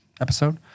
episode